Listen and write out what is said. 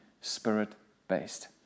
Spirit-based